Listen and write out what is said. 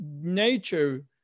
nature